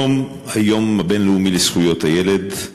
היום הוא היום הבין-לאומי לזכויות הילד.